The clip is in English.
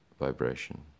vibration